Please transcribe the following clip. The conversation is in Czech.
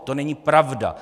To není pravda.